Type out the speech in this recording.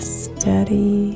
steady